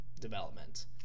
development